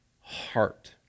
heart